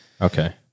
Okay